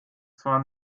zwar